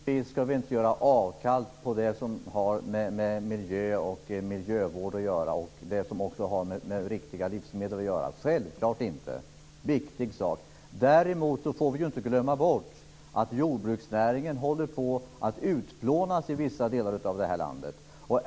Fru talman! Naturligtvis skall vi inte göra avkall på det som har med miljö, miljövård och riktiga livsmedel att göra, självklart inte, och det är viktigt. Däremot får vi inte glömma bort att jordbruksnäringen håller på att utplånas i vissa delar av det här landet.